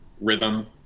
rhythm